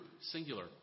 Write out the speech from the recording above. singular